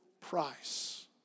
price